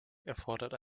erforderte